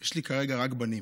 יש לי כרגע רק בנים,